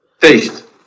Taste